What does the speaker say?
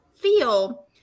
feel